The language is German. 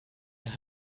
mehr